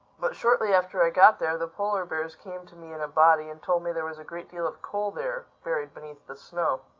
but shortly after i got there the polar bears came to me in a body and told me there was a great deal of coal there, buried beneath the snow.